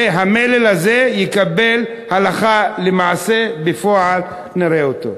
ושהמלל הזה יקבל הלכה למעשה, בפועל נראה אותו.